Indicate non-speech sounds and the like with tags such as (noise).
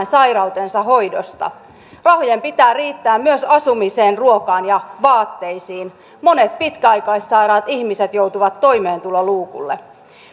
(unintelligible) sairautensa hoidosta rahojen pitää riittää myös asumiseen ruokaan ja vaatteisiin monet pitkäaikaissairaat ihmiset joutuvat toimeentuloluukulle